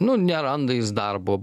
nu neranda jis darbo